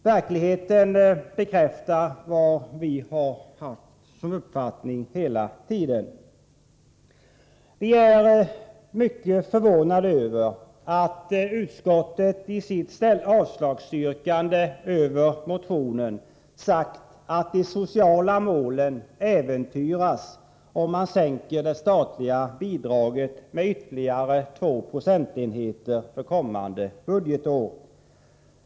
Vi är mycket förvånade över att utskottet i sitt yrkande om avslag på motionen sagt att de sociala målen äventyras om man sänker det statliga bidraget med ytterligare 2 procentenheter för kommande budgetår.